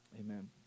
Amen